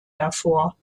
hervor